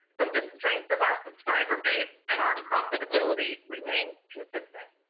but the strength of our subscriber base and our profitability remains consistent.